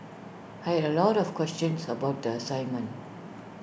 I had A lot of questions about the assignment